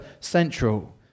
central